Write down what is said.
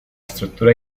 estructura